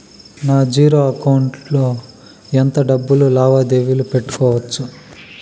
నా zero account లో ఎంత డబ్బులు లావాదేవీలు పెట్టుకోవచ్చు?